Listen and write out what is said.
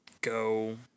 go